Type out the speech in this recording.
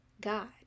God